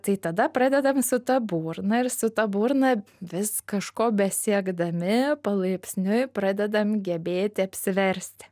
tai tada pradedam su ta burna ir su ta burna vis kažko besiekdami palaipsniui pradedam gebėti apsiversti